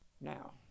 now